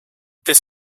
this